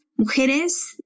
mujeres